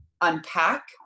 unpack